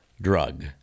drug